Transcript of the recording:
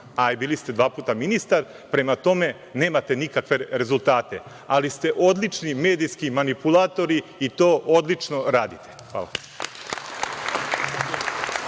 a bili ste dva puta ministar. Prema tome, nemate nikakve rezultate, ali ste odlični medijski manipulatori i to odlično radite. Hvala.